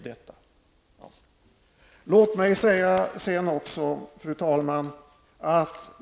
Självfallet skall det bli detta. Fru talman!